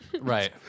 Right